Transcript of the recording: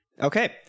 Okay